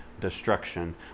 destruction